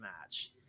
match